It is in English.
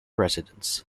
residents